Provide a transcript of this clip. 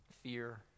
fear